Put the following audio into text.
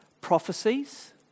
prophecies